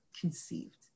conceived